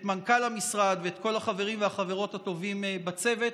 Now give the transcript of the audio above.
את מנכ"ל המשרד ואת כל החברים והחברות הטובים בצוות,